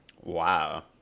Wow